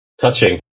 touching